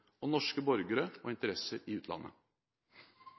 og norske borgere og interesser i utlandet.